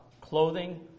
clothing